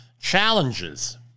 Challenges